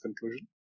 conclusion